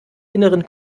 inneren